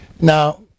Now